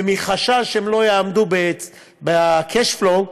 ומחשש שהם לא יעמדו ב-cash flow,